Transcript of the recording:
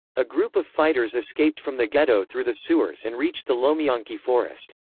a group of fighters escaped from the ghetto through the sewers and reached the lomianki forest.